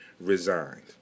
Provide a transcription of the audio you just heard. resigned